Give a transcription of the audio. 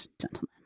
gentlemen